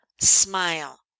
smile